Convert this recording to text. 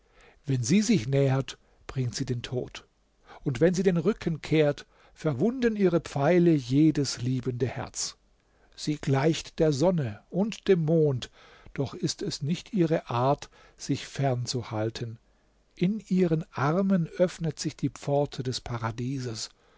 wenn sie sich nähert bringt sie den tod und wenn sie den rücken kehrt verwunden ihre pfeile jedes liebende herz sie gleicht der sonne und dem mond doch ist es nicht ihre art sich fern zu halten in ihren armen öffnet sich die pforte des paradieses